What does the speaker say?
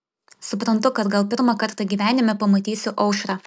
suprantu kad gal pirmą kartą gyvenime pamatysiu aušrą